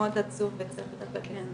מאוד עצוב וצריך לטפל בזה.